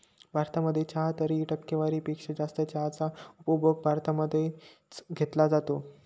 भारतामध्ये चहा तरीही, टक्केवारी पेक्षा जास्त चहाचा उपभोग भारतामध्ये च घेतला जातो